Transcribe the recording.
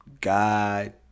God